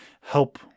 help